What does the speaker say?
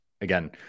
Again